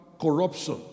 corruption